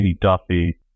Duffy